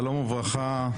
שלום וברכה.